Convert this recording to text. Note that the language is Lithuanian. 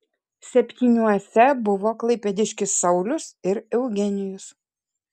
septyniuose buvo klaipėdiškis saulius ir eugenijus